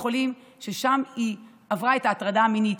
חולים ששם היא עברה את ההטרדה המינית.